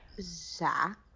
Zach